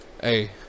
hey